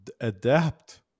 adapt